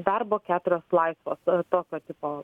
darbo keturios laisvos tokio tipo